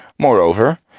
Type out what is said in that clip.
moreover,